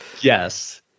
Yes